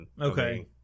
Okay